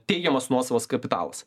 teigiamas nuosavas kapitalas